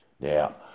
Now